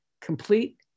complete